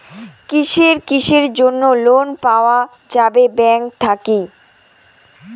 কিসের কিসের জন্যে লোন পাওয়া যাবে ব্যাংক থাকি?